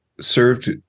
served